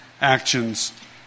actions